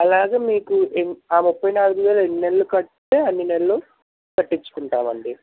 అలాగే మీకు ఆ ముప్పై నాలుగు వేలు ఎన్ని నెలలు కడితే అన్ని నెలలు కట్టించుకుంటాము అండి